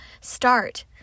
start